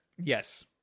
Yes